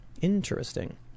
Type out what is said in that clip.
Interesting